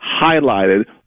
highlighted